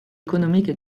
économique